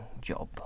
job